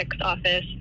office